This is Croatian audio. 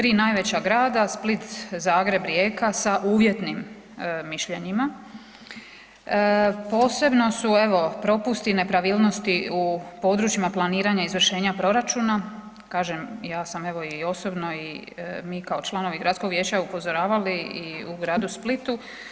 3 najveća grada Split, Zagreb, Rijeka sa uvjetnim mišljenjima, posebno su evo propusti i nepravilnosti u područjima planiranjima izvršenja proračuna, kažem ja sam evo i osobno i mi kao članovi gradskog vijeća upozoravali i u gradu Splitu.